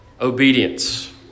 obedience